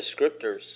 descriptors